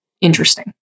interesting